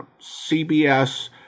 CBS